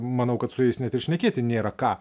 manau kad su jais net ir šnekėti nėra ką